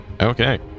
Okay